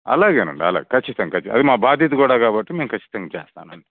అలాగేనండి అలాగే ఖచ్చితంగా అది మా బాధ్యత కూడా కాబట్టి మేము ఖచ్చితంగా చేస్తానండి